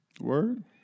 Word